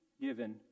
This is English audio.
given